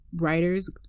writers